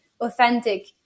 authentic